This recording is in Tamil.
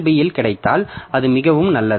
பி இல் கிடைத்தால் அது மிகவும் நல்லது